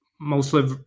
mostly